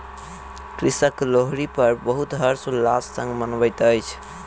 कृषक लोहरी पर्व बहुत हर्ष उल्लास संग मनबैत अछि